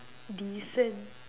decent